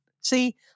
See